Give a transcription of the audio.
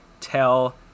Tell